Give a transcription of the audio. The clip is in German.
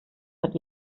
hat